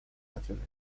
naciones